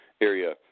area